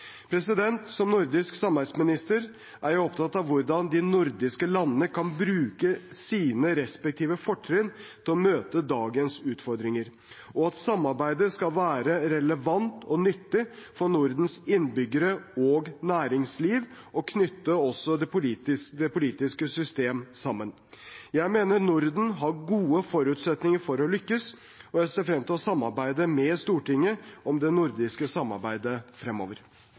Som nordisk samarbeidsminister er jeg opptatt av hvordan de nordiske landene kan bruke sine respektive fortrinn til å møte dagens utfordringer, og av at samarbeidet skal være relevant og nyttig for Nordens innbyggere og næringsliv og knytte også det politiske system sammen. Jeg mener Norden har gode forutsetninger for å lykkes. Og jeg ser frem til å samarbeidet med Stortinget om det nordiske samarbeidet fremover.